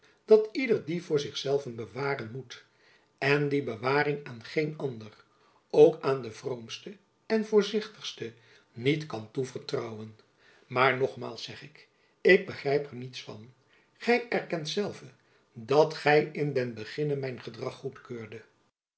dat ieder die voor zich zelven bewaren jacob van lennep elizabeth musch moet en die bewaring aan geen ander ook aan den vroomste en voorzichtigste niet kan toevertrouwen maar nogmaals zeg ik ik begrijp er niets van gy erkent zelve dat gy in den beginne mijn gedrag goedkeurdet